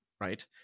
right